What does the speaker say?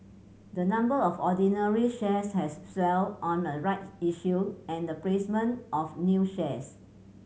the number of ordinary shares has swelled on a right issue and the placement of new shares